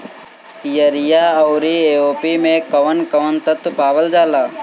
Urea औरी AOP मै कौवन कौवन तत्व पावल जाला?